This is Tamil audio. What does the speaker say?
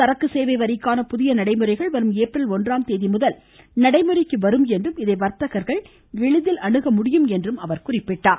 சரக்கு சேவை வரிக்கான புதிய நடைமுறைகள் வரும் ஏப்ரல் ஒன்றாம் தேதிமுதல் அமலுக்கு வரும் என்றும் இதை வா்த்தகா்கள் எளிதில் அணுகமுடியும் என்றும் அவா் மேலும் தெரிவித்தார்